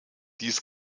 dies